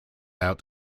out